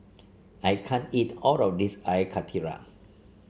I can't eat all of this Air Karthira